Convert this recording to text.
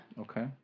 Okay